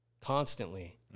constantly